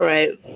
Right